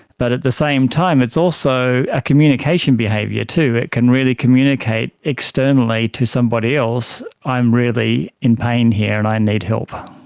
but at the same time it's also a communication behaviour too, it can really communicate externally to somebody else i'm really in pain here and i need help.